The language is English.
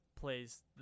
plays